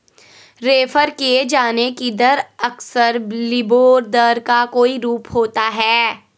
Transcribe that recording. refer किये जाने की दर अक्सर लिबोर दर का कोई रूप होता है